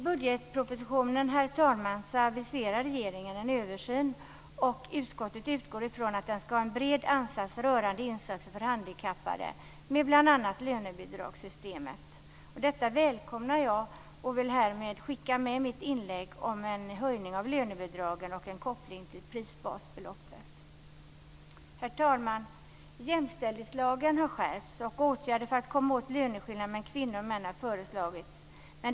I budgetpropositionen aviserar regeringen en översyn, och utskottet utgår från att den ska ha en bred ansats rörande insatser för handikappade med bl.a. lönebidragssystemet. Detta välkomnar jag och vill härmed skicka med mitt inlägg om en höjning av lönebidragen och en koppling till prisbasbeloppet. Herr talman! Jämställdhetslagen har skärpts, och åtgärder för att komma åt löneskillnader mellan kvinnor och män har föreslagits.